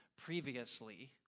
previously